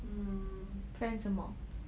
plan 什么